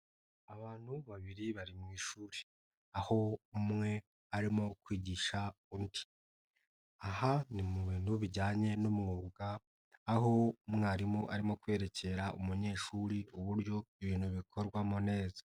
Abantu babiri bari mu ishuri aho umwe arimo kwigisha undi, aha ni mu bintu bijyanye n'umwuga aho umwarimu arimo kwerekera umunyeshuri uburyo ibintu bikorwamo neza.